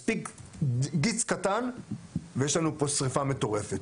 מספיק גיץ קטן ויש לנו פה שריפה מטורפת.